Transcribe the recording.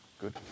Good